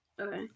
Okay